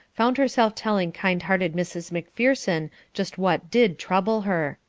found herself telling kind-hearted mrs. macpherson just what did trouble her.